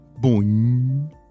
Boing